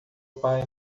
pai